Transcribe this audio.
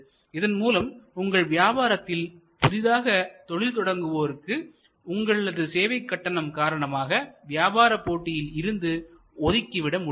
இதன் மூலம் உங்கள் வியாபாரத்தில் புதிதாக தொழில் தொடங்குவோர்களை உங்களது சேவைகட்டணம் காரணமாக வியாபாரப் போட்டியில் இருந்து ஒதுக்கி விட முடியும்